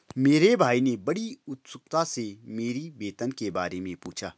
मेरे भाई ने बड़ी उत्सुकता से मेरी वेतन के बारे मे पूछा